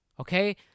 Okay